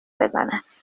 بزند